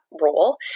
role